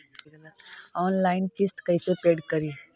Online किस्त कैसे paid करि?